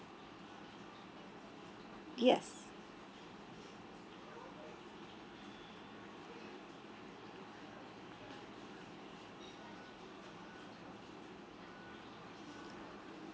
yes